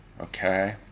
Okay